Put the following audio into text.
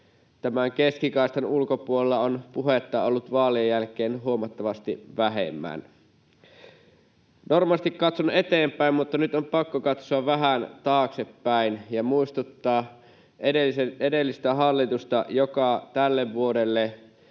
tämän keskikaistan ulkopuolella on puhetta ollut vaalien jälkeen huomattavasti vähemmän. Normaalisti katson eteenpäin, mutta nyt on pakko katsoa vähän taaksepäin ja muistuttaa edellisestä hallituksesta, joka tälle vuodelle